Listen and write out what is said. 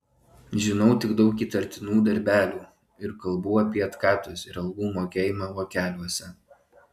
žinau tik daug įtartinų darbelių ir kalbų apie atkatus ir algų mokėjimą vokeliuose